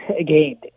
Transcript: again